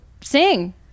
sing